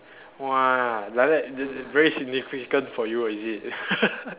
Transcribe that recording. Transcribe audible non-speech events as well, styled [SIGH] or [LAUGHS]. !wah! like that then very significant for you is it [LAUGHS]